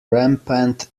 rampant